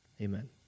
Amen